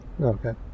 Okay